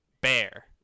bear